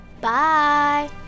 Bye